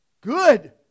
Good